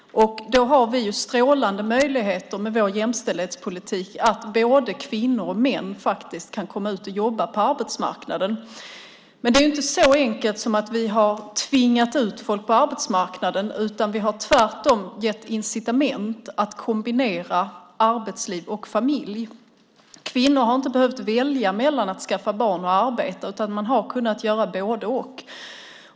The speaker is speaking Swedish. Då har vi strålande möjligheter med vår jämställdhetspolitik att både kvinnor och män kan komma ut och jobba på arbetsmarknaden. Men det är inte så enkelt som att vi har tvingat ut folk på arbetsmarknaden. Vi har tvärtom gett incitament att kombinera arbetsliv och familj. Kvinnor har inte behövt välja mellan att skaffa barn och att arbeta. Man har kunnat göra både-och.